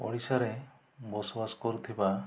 ଓଡ଼ିଶାରେ ବସବାସ କରୁଥିବା